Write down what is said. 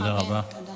תודה רבה.